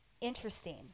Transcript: interesting